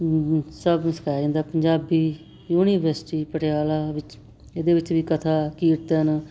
ਸਭ ਕੁਝ ਸਿਖਾਇਆ ਜਾਂਦਾ ਪੰਜਾਬੀ ਯੂਨੀਵਰਸਿਟੀ ਪਟਿਆਲਾ ਵਿੱਚ ਇਹਦੇ ਵਿੱਚ ਵੀ ਕਥਾ ਕੀਰਤਨ